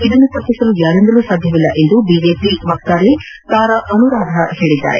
ಇದನ್ನು ತಪ್ಪಿಸಲು ಯಾರಿಂದಲೂ ಸಾಧ್ಯವಿಲ್ಲ ಎಂದು ಬಿಜೆಪಿ ವಕ್ತಾರೆ ತಾರಾ ಅನುರಾಧ ಹೇಳಿದ್ದಾರೆ